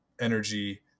energy